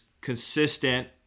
consistent